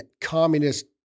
communist